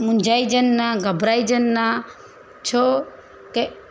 मुंजाइजनि न घबराइजनि न छो की